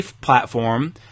platform